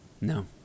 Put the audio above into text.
No